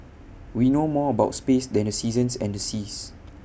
we know more about space than the seasons and the seas